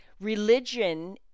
Religion